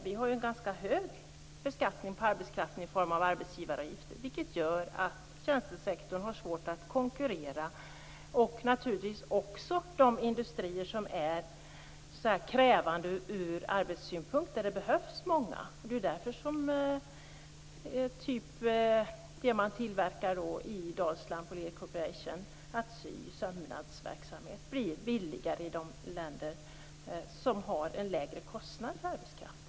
Vi har en ganska hög beskattning på arbetskraften i form av arbetsgivaravgifter, vilket gör att tjänstesektorn har svårt att konkurrera. Det gäller naturligtvis också de industrier som är krävande ur arbetssynpunkt och där det behövs många. Det är därför som sådan tillverkning som på Lear Corporation i Dalsland, med sömnadsverksamhet, blir billigare i de länder som har en lägre kostnad för arbetskraften.